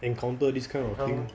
encounter this kind of thing